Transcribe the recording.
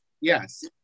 Yes